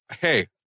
hey